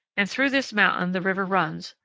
and through this mountain the river runs,